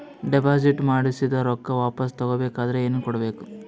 Deposit ಮಾಡಿದ ರೊಕ್ಕ ವಾಪಸ್ ತಗೊಬೇಕಾದ್ರ ಏನೇನು ಕೊಡಬೇಕು?